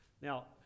Now